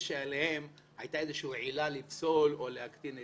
שלפיו הייתה איזושהי עילה לפסול או להקטין תמיכה.